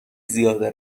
زیاده